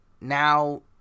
now